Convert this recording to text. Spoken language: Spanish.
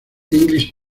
english